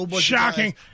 Shocking